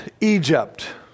Egypt